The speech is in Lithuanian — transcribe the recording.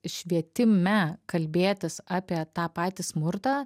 švietime kalbėtis apie tą patį smurtą